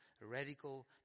radical